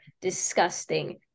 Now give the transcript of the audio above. disgusting